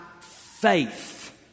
faith